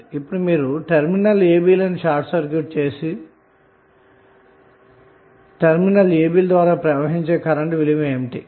కాబట్టి ఇప్పుడు మీరు టెర్మినల్ a b లను షార్ట్ సర్క్యూట్ చేస్తే వాటి ద్వారా ప్రవహించే కరెంట్ విలువ ఏమిటి